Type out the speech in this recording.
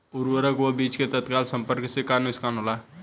उर्वरक व बीज के तत्काल संपर्क से का नुकसान होला?